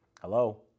hello